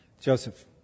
Joseph